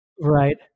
Right